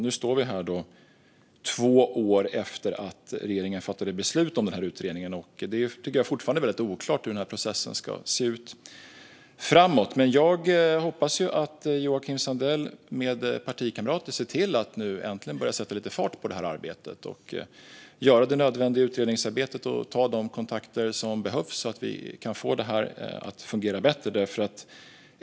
Nu står vi här, två år efter att regeringen fattade beslut om denna utredning, och jag tycker att det fortfarande är väldigt oklart hur denna process ska se ut framöver. Jag hoppas att Joakim Sandell med partikamrater ser till att nu äntligen börja sätta lite fart på detta arbete, göra det nödvändiga utredningsarbetet och ta de kontakter som behövs, så att vi kan få detta att fungera bättre.